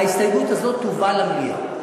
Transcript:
ההסתייגות הזאת תובא למליאה.